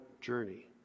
journey